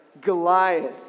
Goliath